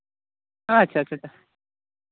ᱟᱪᱪᱷᱟ